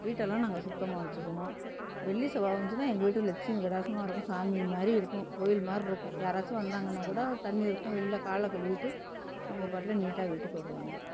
வீட்டெல்லாம் நாங்கள் சுத்தமாக வச்சுக்குவோம் வெள்ளி செவ்வாய் வந்துச்சுன்னால் எங்கள் வீட்டுக்கு லட்சுமி கடாட்சமாக இருக்கும் சாமி மாதிரி இருக்கும் கோயில் மாரிருக்கும் யாராச்சும் வந்தாங்கனால் கூட தண்ணி இருக்கும் வெளில காலை கழுவிட்டு அவங்க பாட்டில் நீட்டாக வீட்டுக்கு வருவாங்க